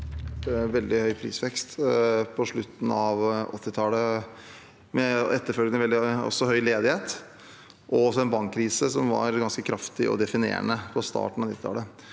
veldig høy prisvekst, på slutten av 1980-tallet, med en etterfølgende og veldig høy ledighet og en bankkrise som var ganske kraftig og definerende på starten av 1990-tallet.